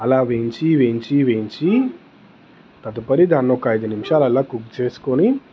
అలా వేయించీ వేయించీ వేయించీ తదుపరి దాన్ని ఒక ఐదు నిమిషాలు అలా కుక్ చేసుకొని